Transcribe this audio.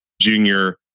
junior